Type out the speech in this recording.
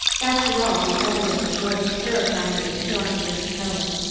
after all, the evidence was terrifyingly strong against helen.